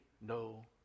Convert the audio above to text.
no